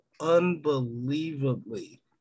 unbelievably